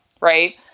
Right